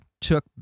took